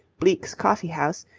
bleke's coffee house,